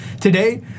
today